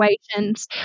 situations